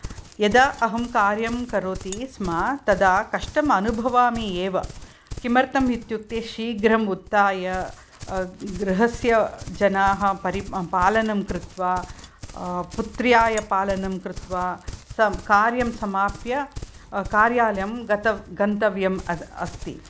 यदा अहं कार्यं करोति स्म तदा कष्टम् अनुभवामि एव किमर्थम् इत्युक्ते शीघ्रम् उत्थाय गृहस्य जनाः परिपालनं कृत्वा पुत्र्याय पालनं कृत्वा स कार्यं समाप्य कार्यालयं गतं गन्तव्यम् अस्ति